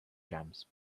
jams